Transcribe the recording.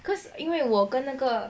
cause 因为我跟那个